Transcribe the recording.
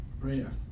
Prayer